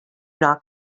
not